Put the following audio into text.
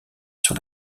sur